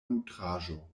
nutraĵo